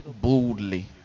boldly